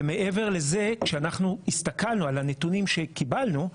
והסתכלנו על הנתונים שקיבלנו,